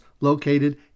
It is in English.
located